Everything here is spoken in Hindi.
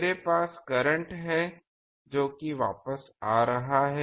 मेरे पास करंट है जो कि वापस आ रहा है